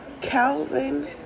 Calvin